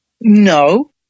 no